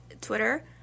Twitter